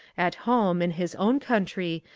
at home, in his own country,